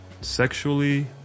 sexually